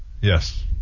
Yes